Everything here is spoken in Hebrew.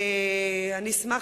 אשמח,